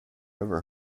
ever